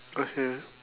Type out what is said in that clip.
okay